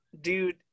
dude